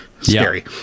scary